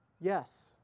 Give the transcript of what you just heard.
Yes